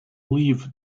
leave